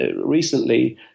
recently